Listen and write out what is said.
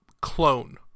clone